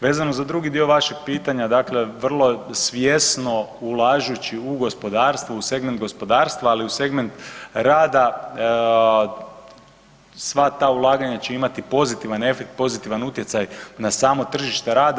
Vezano za drugi dio vašeg pitanja, dakle vrlo svjesno ulažući u gospodarstvo u segment gospodarstva, ali i u segment rada sva ta ulaganja će imati pozitivan efekt, pozitivan utjecaj na samo tržište rada.